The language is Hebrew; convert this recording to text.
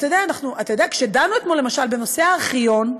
אתה יודע, כשדנו אתמול למשל בנושא הארכיון,